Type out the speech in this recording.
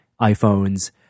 iPhones